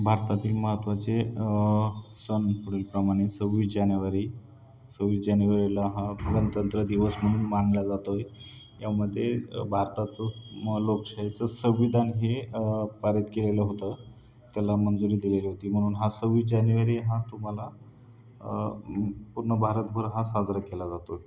भारतातील महत्त्वाचे सण पुढीलप्रमाणे सव्वीस जानेवारी सव्वीस जानेवारीला हा गणतंत्र दिवस म्हणून मानल्या जातो आहे यामध्ये भारताचं म् लोकशाहीचं संविधान हे पारित केलेलं होतं त्याला मंजुरी दिलेली होती म्हणून हा सव्वीस जानेवारी हा तुम्हाला पूर्ण भारतभर हा साजरा केला जातो आहे